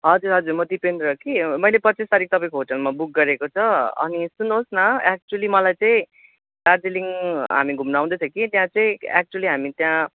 हजुर हजुर म दीपेन्द्र कि मैले पच्चिस तारिक तपाईँको होटेलमा बुक गरेको छ अनि सुन्नु होस् न एक्चुली मलाई चाहिँ दार्जिलिङ हामी घुम्नु आउँदै थिएँ कि त्यहाँ चाहिँ एक्चुली हामी त्यहाँ